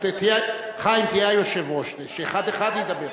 חיים, תהיה היושב-ראש, שאחד-אחד ידבר.